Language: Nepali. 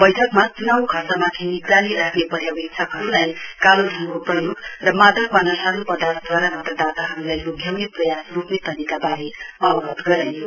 बैठकमा चुनावकोल खर्चमाथि निगरानी राख्ने पर्यवेक्षकहरुलाई कालोधनको प्रयोग र मादक वा नशालु पर्दाथ दूवारा मतदाताहरुलाई लोभ्याउने प्रयास रोक्ने तरीकावारे अवगत गराइयो